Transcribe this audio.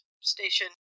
Station